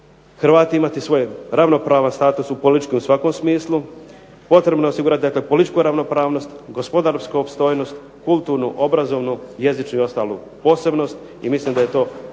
Hrvati imati svoje ravnopravan status u političkom u svakom smislu, potrebno je osigurati političku ravnopravnost, gospodarsku opstojnost, kulturnu, obrazovnu, jezičnu i ostalu posebnost i mislim da je to